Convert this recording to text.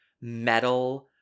metal